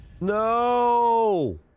No